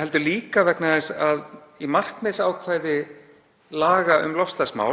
heldur líka vegna þess að í markmiðsákvæði laga um loftslagsmál